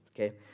Okay